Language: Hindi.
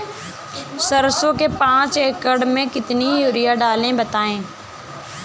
सरसो के पाँच एकड़ में कितनी यूरिया डालें बताएं?